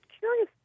curious